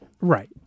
right